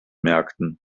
märkten